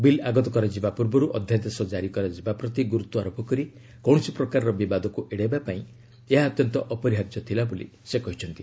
bill ଆଗତ କରାଯିବା ପୂର୍ବରୁ ଅଧ୍ୟାଦେଶ କାରି କରାଯିବା ପ୍ରତି ଗୁରୁତ୍ୱାରୋପ କରି କୌଣସି ପ୍ରକାରର ବିବାଦକୁ ଏଡାଇବା ପାଇଁ ଏହା ଅତ୍ୟନ୍ତ ଅପରିହାର୍ଯ୍ୟ ଥିଲା ବୋଲି ସେ କହିଛନ୍ତି